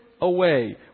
away